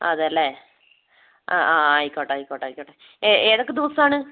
അതേലെ ആ ആ ആയിക്കോട്ടെ ആയിക്കോട്ടെ ആയിക്കോട്ടെ ഏതൊക്കെ ദിവസമാണ്